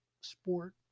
sport